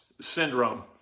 syndrome